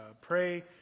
Pray